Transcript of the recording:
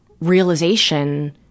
realization